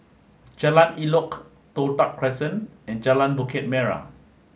Jalan Elok Toh Tuck Crescent and Jalan Bukit Merah